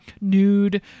nude